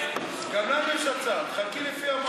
גם לנו יש הצעה: תחלקי לפי המרוקאים.